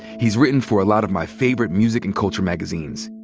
he's written for a lot of my favorite music and culture magazines.